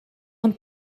ond